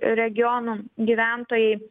regionų gyventojai